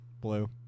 Blue